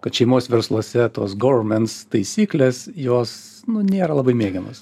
kad šeimos versluose tos govermens taisyklės jos nu nėra labai mėgiamos